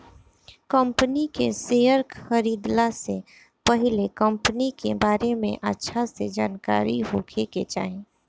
company के share खरीदला से पहिले कंपनी के बारे में अच्छा से जानकारी होखे के चाही